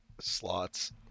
slots